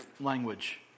language